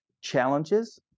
challenges